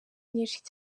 nyinshi